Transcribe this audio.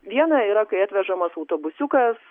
viena yra kai atvežamas autobusiukas